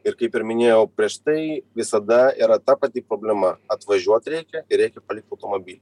ir kaip ir minėjau prieš tai visada yra ta pati problema atvažiuot reikia ir reikia palikt automobilį